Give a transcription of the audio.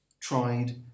tried